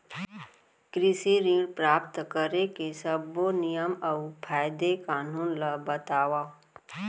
कृषि ऋण प्राप्त करेके सब्बो नियम अऊ कायदे कानून ला बतावव?